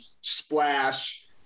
Splash